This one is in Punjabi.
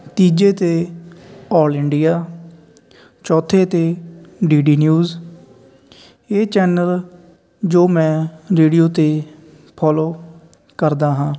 ਤੀਜੇ ਤੇ ਆਲ ਇੰਡੀਆ ਚੌਥੇ ਤੇ ਡੀ ਡੀ ਨਿਊਜ਼ ਇਹ ਚੈਨਲ ਜੋ ਮੈਂ ਰੇਡੀਓ ਤੇ ਫੋਲੋ ਕਰਦਾ ਹਾਂ